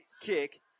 kick